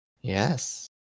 Yes